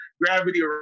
gravity